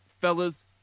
Fellas